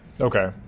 Okay